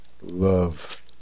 love